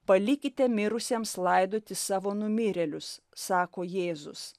palikite mirusiems laidoti savo numirėlius sako jėzus